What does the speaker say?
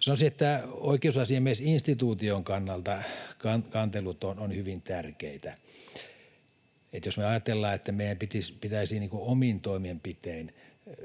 Sanoisin, että oikeusasiamiesinstituution kannalta kantelut ovat hyvin tärkeitä. Jos me ajatellaan, että meidän pitäisi omin toimenpitein